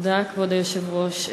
כבוד היושב-ראש,